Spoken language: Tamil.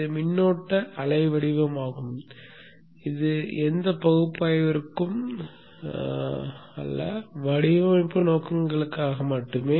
இது மின்னோட்ட அலை வடிவமாகும் இது எந்த பகுப்பாய்விற்கும் அல்ல வடிவமைப்பு நோக்கங்களுக்காக மட்டுமே